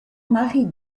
marie